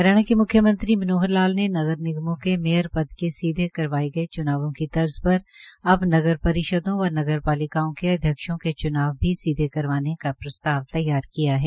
हरियाणा के मुख्यमंत्री मनोहर लाल ने चार नगर निगमों के मेयर पद के सीधे करवाये गये चूनावों की तर्ज पर अब नगर परिषदों व नगरपालिकाओं के अध्यक्षों के च्नाव भी सीधे करवाने का प्रस्ताव तैयार किया है